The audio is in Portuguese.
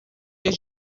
vez